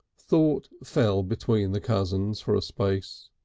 thought fell between the cousins for a space.